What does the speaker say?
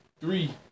Three